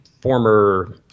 former